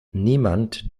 niemand